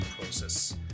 process